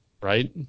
right